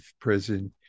prison